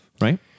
Right